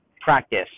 practice